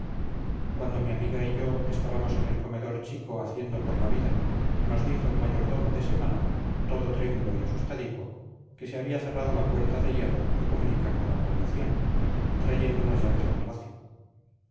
cuando mi amiga y yo estábamos en el comedor chico haciendo por la vida nos dijo el mayordomo de semana todo trémulo y asustadico que se había cerrado la puerta de hierro que comunica con la población trayendo las llaves a palacio